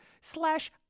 slash